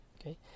okay